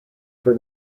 for